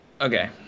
Okay